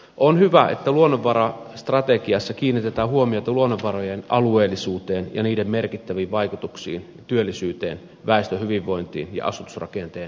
on hyvä että luonnonvarastrategiassa kiinnitetään huomiota luonnonvarojen alueellisuuteen ja niiden merkittäviin vaikutuksiin työllisyyteen väestön hyvinvointiin ja asutusrakenteen pysyvyyteen